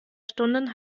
stunden